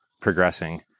progressing